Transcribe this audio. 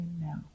now